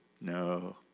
No